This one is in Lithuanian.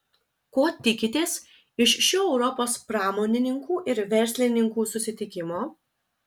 ko tikitės iš šio europos pramonininkų ir verslininkų susitikimo